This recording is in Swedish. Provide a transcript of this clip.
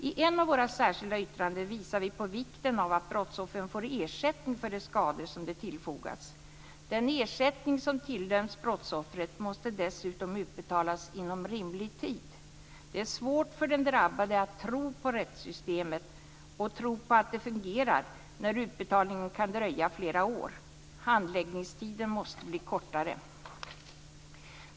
I ett av våra särskilda yttranden visar vi på vikten av att brottsoffer får ersättning för de skador som de tillfogats. Den ersättning som tilldömts ett brottsoffret måste dessutom utbetalas inom rimlig tid. Det är svårt för den drabbade att tro på att rättssystemet fungerar när utbetalning kan dröja i flera år. Handläggningstiden måste bli kortare.